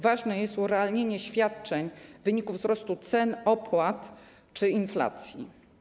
Ważne jest urealnienie świadczeń w wyniku wzrostu cen, opłat czy inflacji.